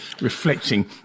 reflecting